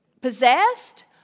possessed